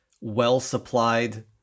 well-supplied